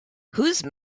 whose